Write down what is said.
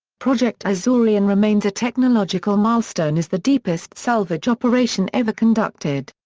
project azorian remains a technological milestone as the deepest salvage operation ever conducted.